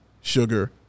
sugar